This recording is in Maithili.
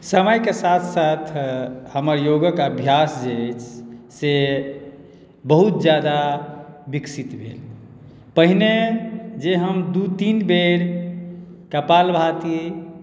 समयके साथ साथ हमर योगक अभ्यास जे अछि से बहुत ज्यादा विकसित भेल पहिने जे हम दू तीन बेर कपालभाति